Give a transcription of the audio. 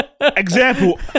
Example